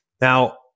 Now